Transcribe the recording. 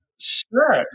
Sure